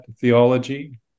theology